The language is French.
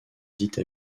dite